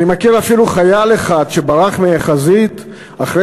אני מכיר אפילו חייל אחד שברח מהחזית אחרי